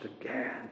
again